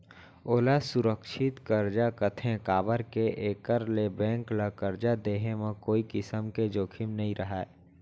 ओला सुरक्छित करजा कथें काबर के एकर ले बेंक ल करजा देहे म कोनों किसम के जोखिम नइ रहय